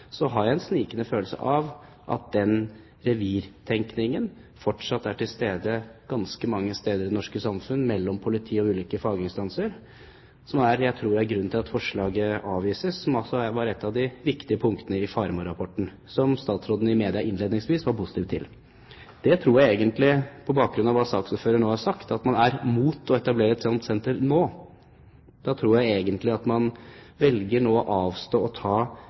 den revirtenkningen fortsatt til stede ganske mange steder i det norske samfunn mellom politi og ulike faginstanser. Jeg tror det er grunnen til at forslaget avvises, som altså var et av de viktige punktene i Faremo-rapporten, som statsråden i media innledningsvis var positiv til. På bakgrunn av hva saksordføreren nå har sagt, at man er imot å etablere et slikt senter nå, tror jeg egentlig at man nå velger å avstå fra å ta